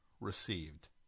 received